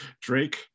Drake